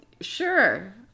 sure